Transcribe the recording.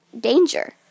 danger